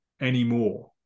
anymore